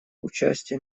участие